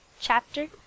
Chapter